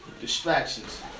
distractions